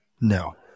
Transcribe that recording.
No